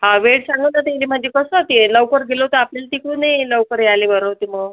हा वेळ सांगा ना तुम्ही म्हणजे कसं ते लवकर गेलो तर आपल्याला तिकडून ही लवकर यायले बरं होते मग